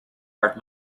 art